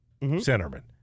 centerman